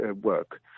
work